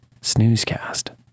snoozecast